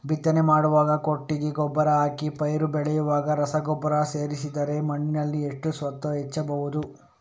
ಬಿತ್ತನೆ ಮಾಡುವಾಗ ಕೊಟ್ಟಿಗೆ ಗೊಬ್ಬರ ಹಾಕಿ ಪೈರು ಬೆಳೆಯುವಾಗ ರಸಗೊಬ್ಬರ ಸೇರಿಸಿದರೆ ಮಣ್ಣಿನಲ್ಲಿ ಎಷ್ಟು ಸತ್ವ ಹೆಚ್ಚಬಹುದು?